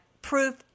Proof